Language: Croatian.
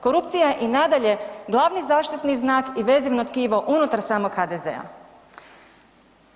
Korupcija je i nadalje glavni zaštitni znak i vezivno tkivo unutar samog HDZ-a.